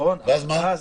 ואז מה?